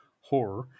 Horror